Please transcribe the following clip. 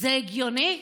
זה הגיוני?